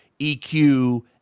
EQ